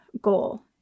goal